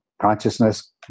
consciousness